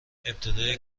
ابتدای